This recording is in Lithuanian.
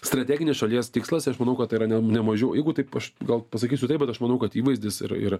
strateginis šalies tikslas aš manau kad tai yra ne mažiau jeigu taip aš gal pasakysiu taip bet aš manau kad įvaizdis ir ir